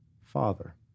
Father